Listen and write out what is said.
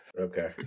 Okay